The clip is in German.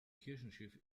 kirchenschiff